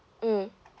mm